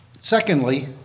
Secondly